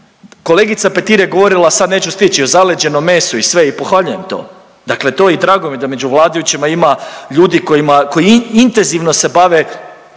Kolegica Petir je govorila, sad neću stić i o zaleđenom mesu i sve i pohvaljujem to, dakle to i drago mi da među vladajućima ima ljudi kojima, koji intenzivno se bave